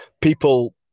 people